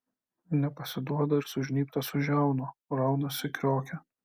nepasiduoda ir sužnybtas už žiaunų raunasi kriokia